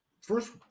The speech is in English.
First